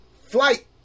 flight